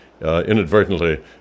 inadvertently